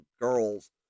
girls